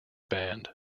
band